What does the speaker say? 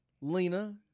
Lena